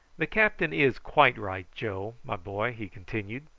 the captain is quite right, joe, my boy, he continued,